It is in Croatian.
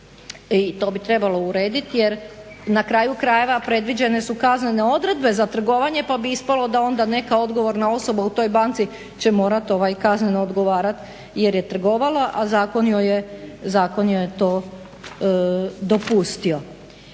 I to bi trebalo urediti jer na kraju krajeva predviđene su kaznene odredbe za trgovanje pa bi ispalo da onda neka odgovorna osoba u toj banci će morati kazneno odgovarati jer je trgovala, a zakon joj je to dopustio.